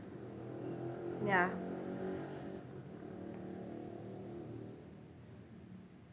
ya